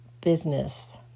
business